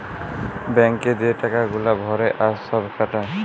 bank এ যে টাকা গুলা ভরে আর সব খাটায়